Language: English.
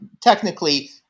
Technically